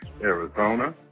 Arizona